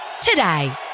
today